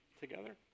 together